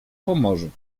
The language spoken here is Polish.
pomorzu